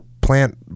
plant